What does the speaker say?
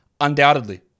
undoubtedly